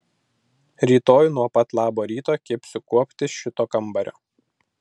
rytoj nuo pat labo ryto kibsiu kuopti šito kambario